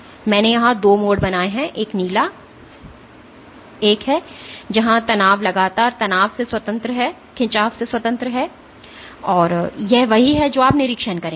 और मैंने यहां 2 मोड़ बनाए हैं एक नीला एक है जहां तनाव लगातार तनाव से स्वतंत्र है यह वही है जो आप निरीक्षण करेंगे